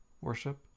worship